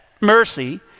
mercy